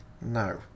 no